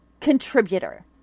contributor